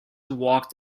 walked